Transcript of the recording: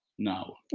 now.